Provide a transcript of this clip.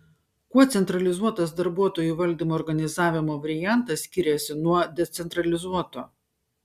kuo centralizuotas darbuotojų valdymo organizavimo variantas skiriasi nuo decentralizuoto